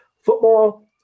Football